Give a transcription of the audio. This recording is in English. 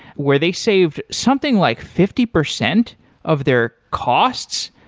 where they saved something like fifty percent of their costs,